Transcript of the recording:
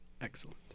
Excellent